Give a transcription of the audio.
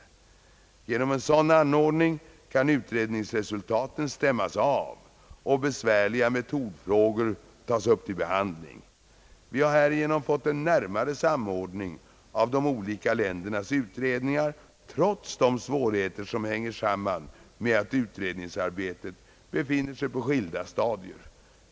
Genom en sådan anordning kan utredningsresultaten stämmas av och besvärliga metodfrågor tas upp till behandling. Vi har härigenom fått en närmare samordning av de olika ländernas utredningar trots de svårigheter som hänger samman med att utredningsarbetet befinner sig på skilda stadier.